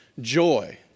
joy